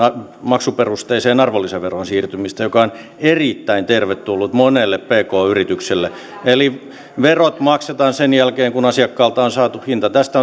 maksuperusteiseen arvonlisäveroon siirtymistä joka on erittäin tervetullut monelle pk yritykselle eli verot maksetaan sen jälkeen kun asiakkaalta on saatu hinta tästä